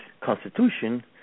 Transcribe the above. Constitution